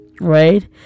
right